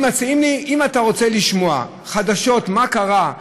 מציעים לי: אם אתה רוצה לשמוע חדשות מה קרה,